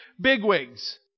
bigwigs